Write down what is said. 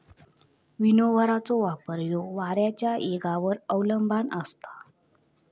विनोव्हरचो वापर ह्यो वाऱ्याच्या येगावर अवलंबान असता